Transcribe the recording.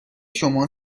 شما